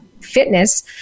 fitness